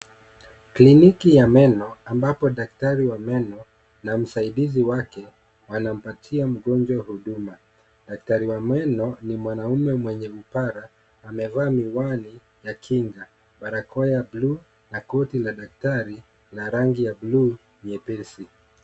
Kliniki ya meno ambapo daktari wa meno na msaidizi wake wanampatia mgonjwa huduma. Daktari wa meno ni mwanaume mwenye upara, amevaa miwani ya kinga, barakoa ya buluu na koti la daktari la rangi ya buluu nyepesi.